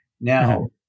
now